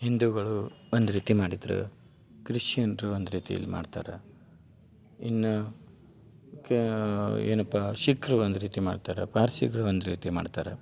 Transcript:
ಹಿಂದೂಗಳು ಒಂದು ರೀತಿ ಮಾಡಿದ್ರೆ ಕ್ರಿಶ್ಯನ್ನರು ಒಂದು ರೀತಿಲಿ ಮಾಡ್ತಾರೆ ಇನ್ನ ಕೇ ಏನಪ್ಪಾ ಸಿಖ್ರು ಒಂದು ರೀತಿ ಮಾಡ್ತಾರ ಪಾರ್ಸಿಗಳು ಒಂದು ರೀತಿ ಮಾಡ್ತಾರೆ